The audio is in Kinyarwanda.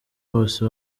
bose